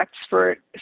Expert